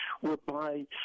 whereby